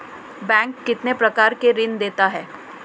Bank कितने प्रकार के ऋण देता है?